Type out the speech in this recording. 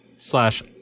slash